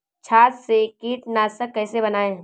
छाछ से कीटनाशक कैसे बनाएँ?